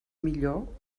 millor